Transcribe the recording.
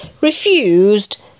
refused